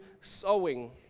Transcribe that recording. sowing